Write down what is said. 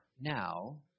now